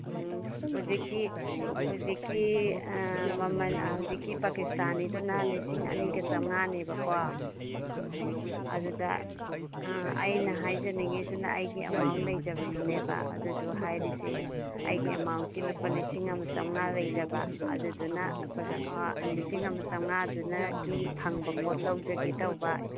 ꯎꯝ ꯍꯧꯖꯤꯛꯀꯤ ꯍꯧꯖꯤꯛꯀꯤ ꯃꯃꯟ ꯍꯧꯖꯤꯛꯀꯤ ꯄꯀꯤꯁꯇꯥꯅꯤꯗꯨꯅ ꯂꯤꯁꯤꯡ ꯑꯅꯤꯒ ꯆꯃꯉꯥꯅꯦꯕꯀꯣ ꯑꯗꯨꯗ ꯑ ꯑꯩꯅ ꯍꯥꯏꯖꯅꯤꯡꯏꯁꯤꯅ ꯑꯩꯒꯤ ꯑꯦꯃꯥꯎꯟ ꯂꯩꯖꯕꯗꯨꯅꯦꯕ ꯑꯗꯨꯗꯨ ꯍꯥꯏꯔꯤꯁꯦ ꯑꯩꯒꯤ ꯑꯦꯃꯥꯎꯟꯁꯤ ꯂꯨꯄꯥ ꯂꯤꯁꯤꯡ ꯑꯃ ꯆꯃꯉꯥ ꯂꯩꯖꯕ ꯑꯗꯨꯗꯨꯅ ꯂꯤꯁꯤꯡ ꯑꯃ ꯆꯃꯉꯥꯗꯨꯅꯒꯤ ꯐꯪꯕ ꯄꯣꯠ ꯂꯧꯖꯒꯦ ꯇꯧꯕ